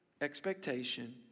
expectation